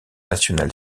national